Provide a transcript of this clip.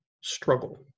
struggle